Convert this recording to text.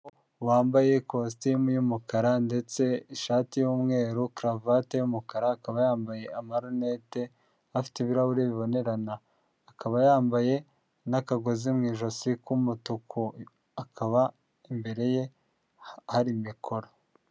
Wambaye ikositimu y'umukara ndetse ishati y'umweru karuvate y'umukara, akaba yambaye amarinete afite ibirahuri bibonerana, akaba yambaye n'akagozi mu ijosi k'umutuku, akaba imbere ye hari mikoro.